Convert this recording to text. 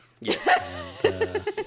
Yes